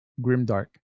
grimdark